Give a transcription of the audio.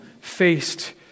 faced